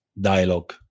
dialogue